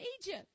Egypt